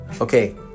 Okay